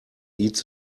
eat